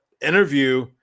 interview